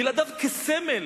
בלעדיו, כסמל